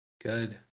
Good